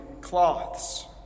cloths